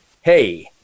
Hey